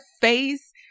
face